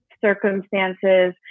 circumstances